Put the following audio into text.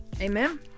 Amen